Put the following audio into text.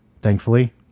Thankfully